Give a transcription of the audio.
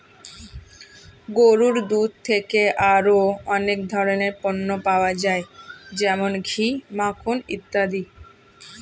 গরুর দুধ থেকে আরো অনেক ধরনের পণ্য পাওয়া যায় যেমন ঘি, মাখন ইত্যাদি